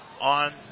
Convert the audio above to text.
on